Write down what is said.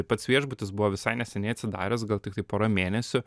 pats viešbutis buvo visai neseniai atsidaręs gal tik tai pora mėnesių